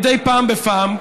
מדי פעם בפעם,